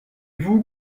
vous